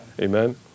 Amen